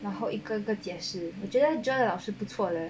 然后一个个解释我觉得 joy 老师不错 leh